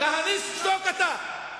כהניסט, שתוק אתה.